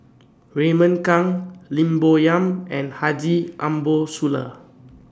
Raymond Kang Lim Bo Yam and Haji Ambo Sooloh